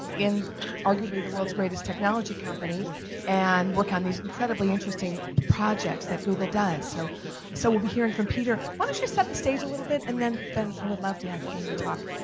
arguably the world's greatest technology company and work on these incredibly interesting projects that google does? so so we'll be hearing from piotr. why don't you set the stage a little bit and then then i would love to have aimee talk,